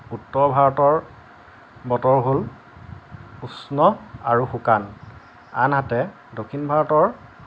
উত্তৰ ভাৰতৰ বতৰ হ'ল উষ্ণ আৰু শুকান আনহাতে দক্ষিণ ভাৰতৰ